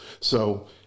So-